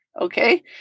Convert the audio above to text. okay